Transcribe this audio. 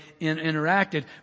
interacted